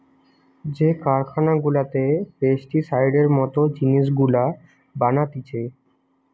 যে কারখানা গুলাতে পেস্টিসাইডের মত জিনিস গুলা বানাতিছে